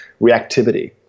reactivity